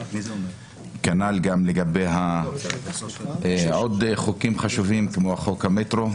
כנ"ל גם לגבי עוד חוקים חשובים כמו חוק המטרו.